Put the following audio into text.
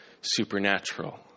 supernatural